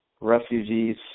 Refugees